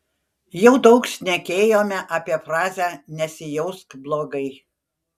jau daug šnekėjome apie frazę nesijausk blogai